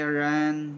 Iran